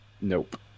Nope